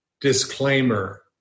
disclaimer